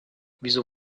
wieso